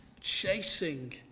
chasing